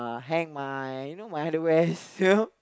hang my you know my underwear you know